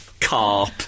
carp